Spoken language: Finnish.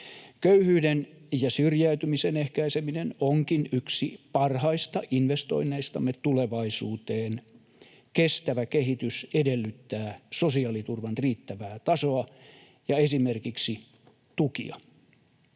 Köyhyyden ja syrjäytymisen ehkäiseminen onkin yksi parhaista investoinneistamme tulevaisuuteen. Kestävä kehitys edellyttää sosiaaliturvan riittävää tasoa ja esimerkiksi tukia